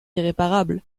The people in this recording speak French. irréparable